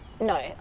no